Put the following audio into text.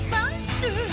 Monster